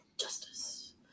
Justice